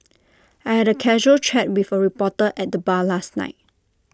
I had A casual chat with A reporter at the bar last night